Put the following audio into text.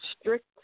Strict